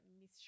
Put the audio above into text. Miss